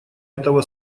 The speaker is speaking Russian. этого